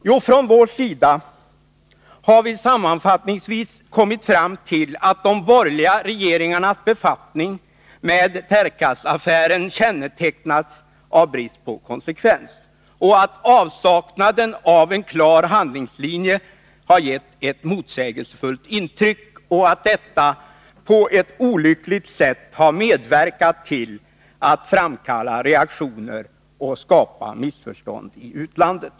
Jo, från vår sida har vi sammanfattningsvis kommit fram till att de borgerliga regeringarnas befattning med Tercasaffären kännetecknas av brist på konsekvens, att avsaknaden av en klar handlingslinje har gett ett motsägelsefullt intryck och att detta på ett olyckligt sätt har medverkat till att framkalla reaktioner och skapa missförstånd i utlandet.